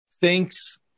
thinks